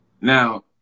Now